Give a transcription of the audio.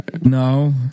No